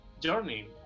journey